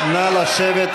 נא לשבת.